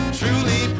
truly